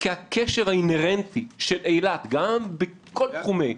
כי הקשר האינהרנטי של אילת גם בכל התחומים,